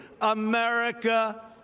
America